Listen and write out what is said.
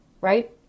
right